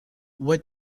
what